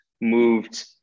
moved